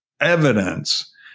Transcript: evidence